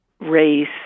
race